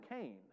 Cain